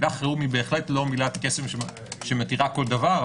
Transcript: המילה חירום היא בהחלט לא מילת קסם שמתירה כל דבר.